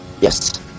Yes